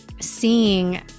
seeing